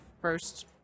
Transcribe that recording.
first